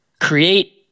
create